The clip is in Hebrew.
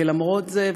ולמרות זה,